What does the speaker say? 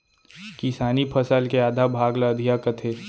किसानी फसल के आधा भाग ल अधिया कथें